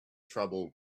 trouble